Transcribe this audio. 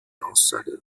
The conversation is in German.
aussage